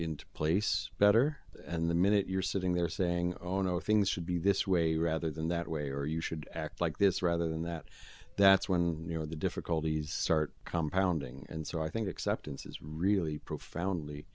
into place better and the minute you're sitting there saying oh no things should be this way rather than that way or you should act like this rather than that that's when you know the difficulties start compound ing and so i think acceptance is really profoundly